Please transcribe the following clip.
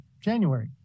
January